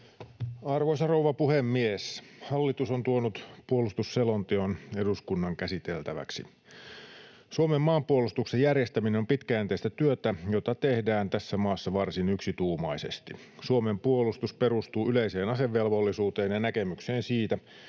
Arvoisa rouva puhemies! Hallitus on tuonut puolustusselonteon eduskunnan käsiteltäväksi. Suomen maanpuolustuksen järjestäminen on pitkäjänteistä työtä, jota tehdään tässä maassa varsin yksituumaisesti. Suomen puolustus perustuu yleiseen asevelvollisuuteen ja näkemykseen siitä,